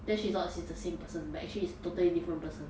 then she thought he's the same person but actually is totally different person